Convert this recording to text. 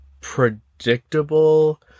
predictable